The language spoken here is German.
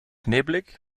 nebelig